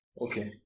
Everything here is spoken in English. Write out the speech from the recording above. okay